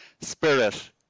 spirit